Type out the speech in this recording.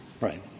Right